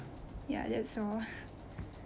ya that's all